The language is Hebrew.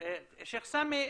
סאמי,